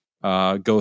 Go